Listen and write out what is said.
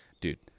dude